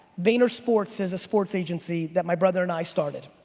vaynersports is a sports agency that my brother and i started.